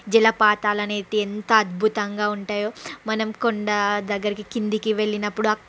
జలపాతాలు అనేటివి ఎంత అద్భుతంగా ఉంటాయో మనం కొండ దగ్గరికి కిందికి వెళ్ళినప్పుడు